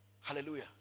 Hallelujah